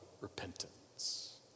repentance